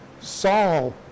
Saul